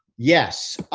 yes.